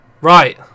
Right